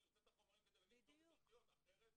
ירצה את התיק כדי להגיש תביעה אזרחית.